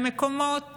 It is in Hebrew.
במקומות